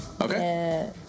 Okay